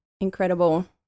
incredible